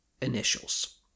initials